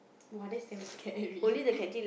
!wah! that's damn scary